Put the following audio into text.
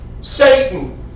Satan